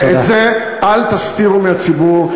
ואת זה אל תסתירו מהציבור.